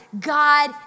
God